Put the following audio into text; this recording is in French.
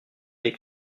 des